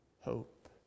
hope